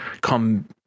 come